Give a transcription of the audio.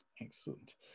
Excellent